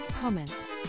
comments